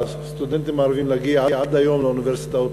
והסטודנטים הערבים ממשיכים להגיע עד היום לאוניברסיטאות,